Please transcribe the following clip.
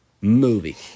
movie